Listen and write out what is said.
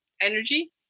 energy